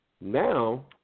now